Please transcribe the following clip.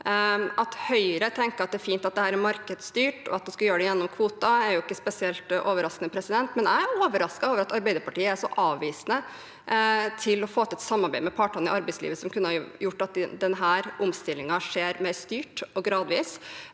At Høyre tenker at det er fint at dette er markedsstyrt, og at en skal gjøre det gjennom kvoter, er jo ikke spesielt overraskende, men jeg er overrasket over at Arbeiderpartiet er så avvisende til å få til et samarbeid med partene i arbeidslivet som kunne ha gjort at denne omstillingen skjer mer styrt og gradvis,